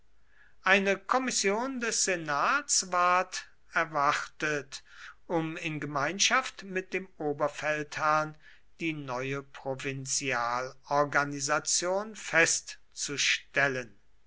eine kommission des senats ward erwartet um in gemeinschaft mit dem oberfeldherrn die neue provinzialorganisation festzustellen